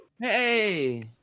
Hey